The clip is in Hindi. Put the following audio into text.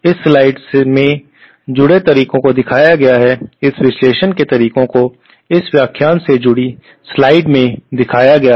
इस स्लाइड में जुड़े तरीकों को दिखाया गया है इस विश्लेषण के तरीकों को इस व्याख्यान से जुड़ी स्लाइड्स में दिखाया गया है